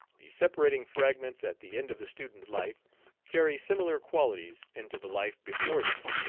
the separating fragments at the end of the student life carry similar qualities into the life before them,